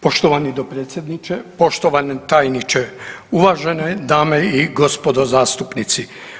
Poštovani dopredsjedniče, poštovani tajniče, uvažene dame i gospodo zastupnici.